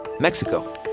Mexico